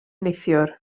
neithiwr